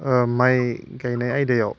माइ गायनाय आयदायाव